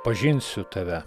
pažinsiu tave